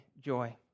joy